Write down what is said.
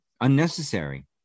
Unnecessary